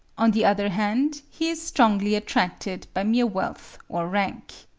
on the other hand he is strongly attracted by mere wealth or rank.